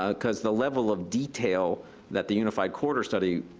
ah because the level of detail that the unified corridor study,